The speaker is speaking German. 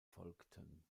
folgten